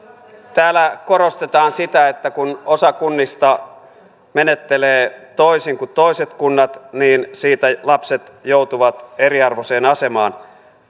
täällä korostetaan sitä että kun osa kunnista menettelee toisin kuin toiset kunnat niin siinä lapset joutuvat eriarvoiseen asemaan